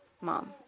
mom